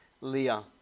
Leah